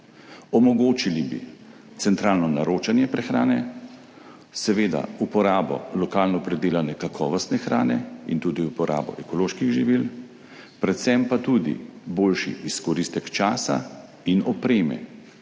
Omogočili bi centralno naročanje prehrane, seveda uporabo lokalno pridelane kakovostne hrane in tudi uporabo ekoloških živil, predvsem pa tudi boljši izkoristek časa in opreme.